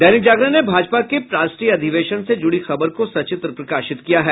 दैनिक जागरण ने भाजपा के राष्ट्रीय अधिवेशन से जुड़ी खबर को सचित्र प्रकाशित किया है